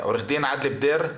עורך הדין עאדל בדיר,